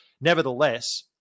Nevertheless